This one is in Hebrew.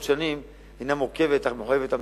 שנים הינה מורכבת אך מחויבת המציאות.